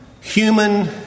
human